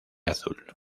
azul